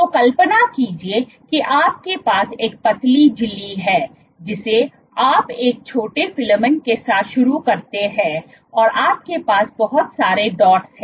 तो कल्पना कीजिए कि आपके पास एक पतली झिल्ली है जिसे आप एक छोटे फिलामेंट के साथ शुरू करते हैं और आपके पास बहुत सारे डॉट्स हैं